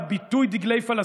הביטוי "דגלי פלסטין",